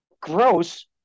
gross